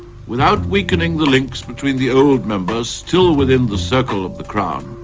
without weakening the links between the old members still within the circle of the crown,